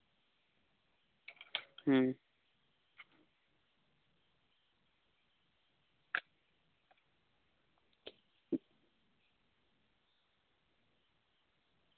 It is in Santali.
ᱦᱩᱸ